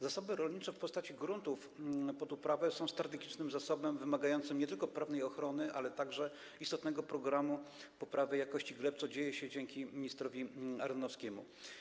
Zasoby rolnicze w postaci gruntów pod uprawę są strategicznym zasobem, wymagającym nie tylko prawnej ochrony, ale także istotnego programu poprawy jakości gleb, co dzieje się dzięki ministrowi Ardanowskiemu.